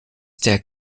der